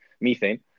methane